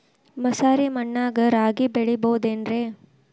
ಮಸಾರಿ ಮಣ್ಣಾಗ ರಾಗಿ ಬೆಳಿಬೊದೇನ್ರೇ?